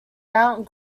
mount